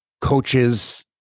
coaches